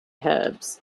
herbs